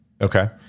Okay